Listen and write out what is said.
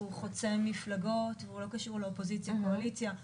הוא חוצה מפלגות והוא לא קשור לאופוזיציה וקואליציה,